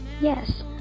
yes